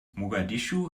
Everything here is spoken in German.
mogadischu